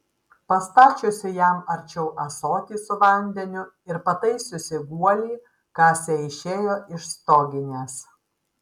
pastačiusi jam arčiau ąsotį su vandeniu ir pataisiusi guolį kasė išėjo iš stoginės